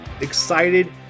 excited